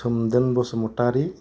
Somdon Basumatary